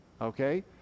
Okay